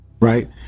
right